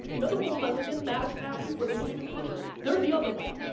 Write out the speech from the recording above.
the other world i live in, madison avenue, where they believe in commercials, they're the other way.